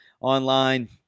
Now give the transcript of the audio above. Online